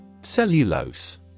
Cellulose